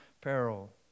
peril